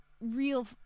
real